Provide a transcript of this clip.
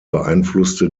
beeinflusste